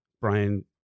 Brian